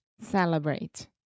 Celebrate